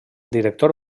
director